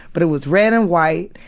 but it was red and white,